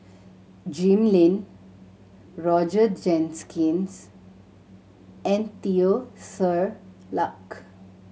Jim Lim Roger Jenkins and Teo Ser Luck